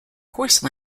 course